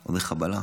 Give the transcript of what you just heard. או מחבלה,